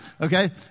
Okay